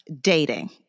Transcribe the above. dating